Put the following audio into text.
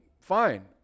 fine